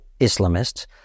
Islamists